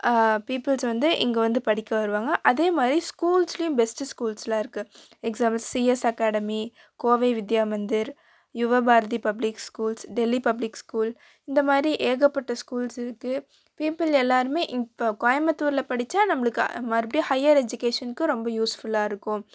peoples வந்து இங்கே வந்து படிக்க வருவாங்க அதே மாதிரி ஸ்கூல்ஸ்லேயும் பெஸ்ட்டு ஸ்கூல்ஸ்லாம் இருக்குது example C S academy Kovai Vidya Mandir Yuvabharathi public schools Delhi public school இந்த மாதிரி ஏகப்பட்ட ஸ்கூல்ஸ் இருக்குது பீப்பில் எல்லோருமே இப்போ கோயமுத்தூரில் படித்தா நம்மளுக்கு மறுபடியும் ஹையர் எஜிக்கேஷனுக்கு ரொம்ப யூஸ்ஃபுல்லாக இருக்கும்